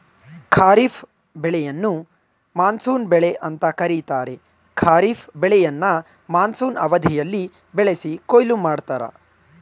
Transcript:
ಖಾರಿಫ್ ಬೆಳೆಗಳನ್ನು ಮಾನ್ಸೂನ್ ಬೆಳೆ ಅಂತ ಕರೀತಾರೆ ಖಾರಿಫ್ ಬೆಳೆಯನ್ನ ಮಾನ್ಸೂನ್ ಅವಧಿಯಲ್ಲಿ ಬೆಳೆಸಿ ಕೊಯ್ಲು ಮಾಡ್ತರೆ